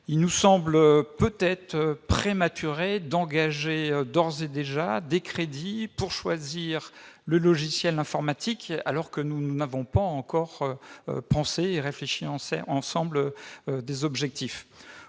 il nous semble prématuré d'engager d'ores et déjà des crédits pour choisir un logiciel informatique alors que nous n'avons pas encore réfléchi ensemble aux objectifs.